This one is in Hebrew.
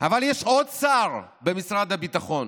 אבל יש עוד שר במשרד הביטחון,